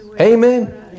Amen